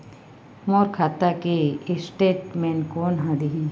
मोर खाता के स्टेटमेंट कोन ह देही?